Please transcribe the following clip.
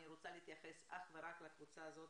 אני רוצה להתייחס אך ורק לקבוצה הזאת,